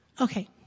Okay